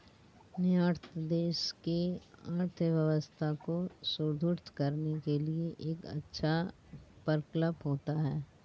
निर्यात देश की अर्थव्यवस्था को सुदृढ़ करने के लिए एक अच्छा प्रकल्प होता है